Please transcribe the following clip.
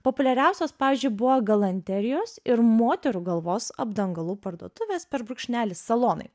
populiariausios pavyzdžiui buvo galanterijos ir moterų galvos apdangalų parduotuvės per brūkšnelį salonai